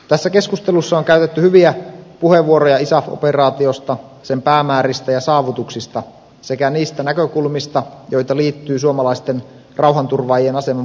tässä keskustelussa on käytetty hyviä puheenvuoroja isaf operaatiosta sen päämääristä ja saavutuksista sekä niistä näkökulmista joita liittyy suomalaisten rauhanturvaajien aseman parantamiseen